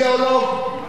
הוא אידיאולוג.